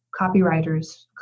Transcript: copywriters